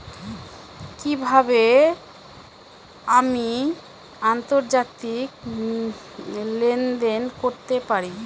কি কিভাবে আমি আন্তর্জাতিক লেনদেন করতে পারি?